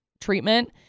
treatment